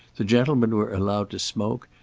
the gentlemen were allowed to smoke,